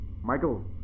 michael